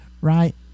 right